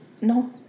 No